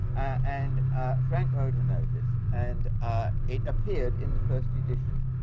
and frank wrote a notice, and ah it appeared in the first edition,